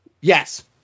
Yes